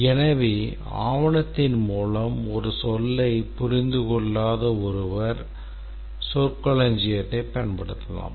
எனவே ஆவணத்தின் மூலம் ஒரு சொல்லைப் புரிந்து கொள்ளாத ஒருவர் சொற்களஞ்சியத்தைக் பயன்படுத்தலாம்